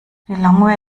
lilongwe